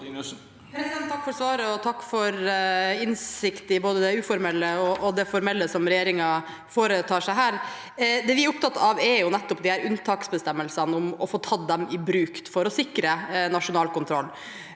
Takk for svaret, og takk for innsikt i både det uformelle og det formelle som regjeringen foretar seg her. Det vi er opptatt av, er nettopp unntaksbestemmelsene og å få tatt dem i bruk for å sikre nasjonal kontroll.